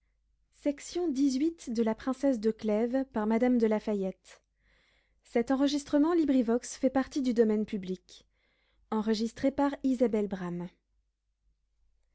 of la princesse